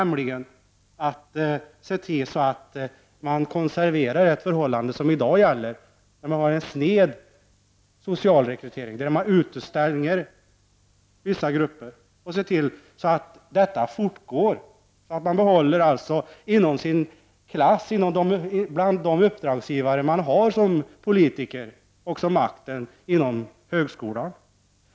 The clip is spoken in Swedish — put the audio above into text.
Man kan se till att man konserverar ett förhållande som i dag gäller. Vi har en sned social rekrytering. Vissa grupper utestängs. Man kan se till att detta fortgår. Då behåller man inom sin klass, bland de uppdragsgivare man har som politiker, också makten inom högskolan.